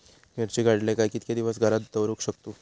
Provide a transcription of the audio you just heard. मिर्ची काडले काय कीतके दिवस घरात दवरुक शकतू?